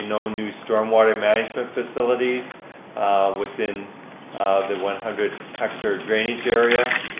you know new storm water management facilities within the one hundred hectare drainage area.